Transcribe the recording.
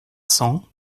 cents